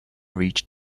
reach